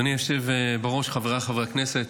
אדוני היושב בראש, חבריי חברי הכנסת,